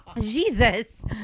Jesus